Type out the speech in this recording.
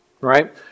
Right